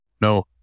No